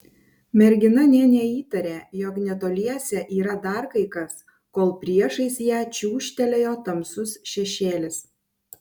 mergina nė neįtarė jog netoliese yra dar kai kas kol priešais ją čiūžtelėjo tamsus šešėlis